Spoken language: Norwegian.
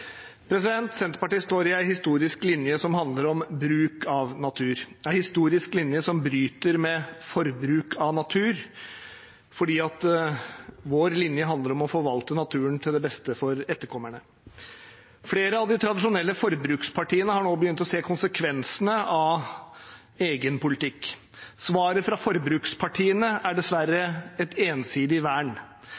Senterpartiet står i en historisk linje som handler om bruk av natur, en historisk linje som bryter med forbruk av natur, fordi vår linje handler om å forvalte naturen til det beste for etterkommerne. Flere av de tradisjonelle forbrukspartiene har nå begynt å se konsekvensene av egen politikk. Svaret fra forbrukspartiene er dessverre